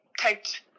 typed